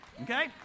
Okay